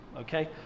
okay